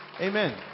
amen